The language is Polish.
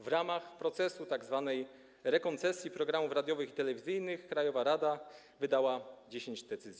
W ramach procesu tzw. rekoncesji programów radiowych i telewizyjnych krajowa rada wydała 10 decyzji.